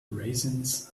raisins